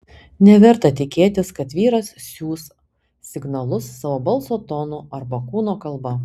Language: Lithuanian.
neverta tikėtis kad vyras siųs signalus savo balso tonu arba kūno kalba